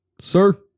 Sir